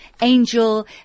angel